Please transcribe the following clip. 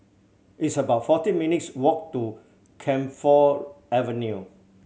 it's about forty minutes' walk to Camphor Avenue